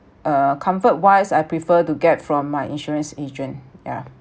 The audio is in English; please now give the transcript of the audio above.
uh comfort wise I prefer to get from my insurance agent yeah